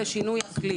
אקלים.